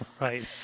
Right